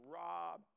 rob